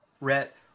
Rhett